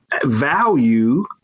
value